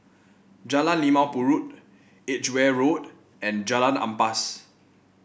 Jalan Limau Purut Edgeware Road and Jalan Ampas